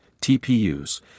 TPUs